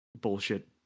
bullshit